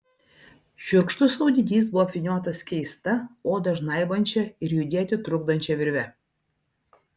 šiurkštus audinys buvo apvyniotas keista odą žnaibančia ir judėti trukdančia virve